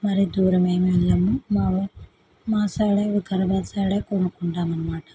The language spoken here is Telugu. మరీ దూరమేం వెళ్ళము మా మా సైడే కనబడి సైడే కొనుక్కుంటాము అన్నమాట